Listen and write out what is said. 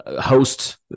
host